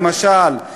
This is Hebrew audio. למשל,